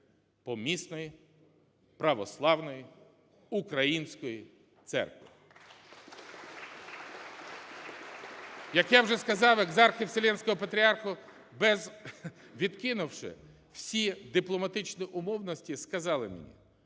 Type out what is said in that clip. помісної православної української церкви. (Оплески) Як я вже сказав, екзархи Вселенського патріарха, відкинувши всі дипломатичні умовності, сказали мені: